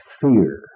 fear